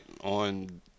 on